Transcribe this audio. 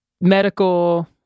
medical